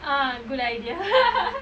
ah good idea